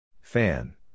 Fan